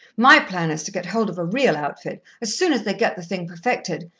my plan is to get hold of a real outfit, as soon as they get the thing perfected,